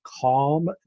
calm